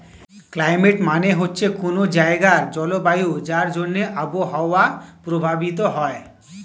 climate মানে হচ্ছে কোনো জায়গার জলবায়ু যার জন্যে আবহাওয়া প্রভাবিত হয়